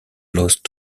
lost